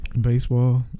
Baseball